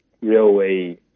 railway